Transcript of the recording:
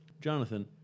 Jonathan